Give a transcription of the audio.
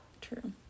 True